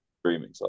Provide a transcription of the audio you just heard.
streaming